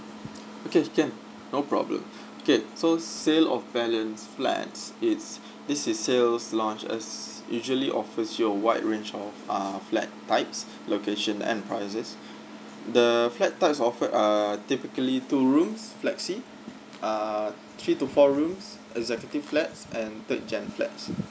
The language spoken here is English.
okay can no problem okay so sale of balance flats it's this is sales launch as usually offers you a wide range of err flat types location and prices the flat types offer err typically two rooms flexi uh three to four rooms executive flats and third gen flats